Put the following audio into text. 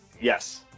Yes